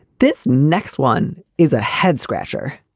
this next one is a head scratcher.